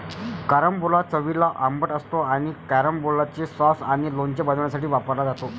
carambola चवीला आंबट असतो आणि कॅरंबोलाचे सॉस आणि लोणचे बनवण्यासाठी वापरला जातो